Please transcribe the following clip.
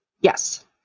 Yes